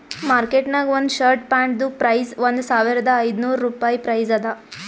market ನಾಗ್ ಒಂದ್ shirt ಪ್ಯಾಂಟ್ದು ಪ್ರೈಸ್ ಒಂದ್ ಸಾವಿರದ ಐದ ನೋರ್ ರುಪಾಯಿ ಪ್ರೈಸ್ ಅದಾ